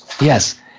Yes